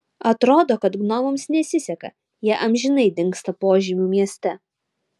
atrodo kad gnomams nesiseka jie amžinai dingsta požemių mieste